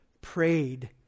prayed